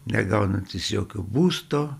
negaunantys jokio būsto